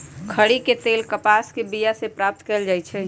खरि के तेल कपास के बिया से प्राप्त कएल जाइ छइ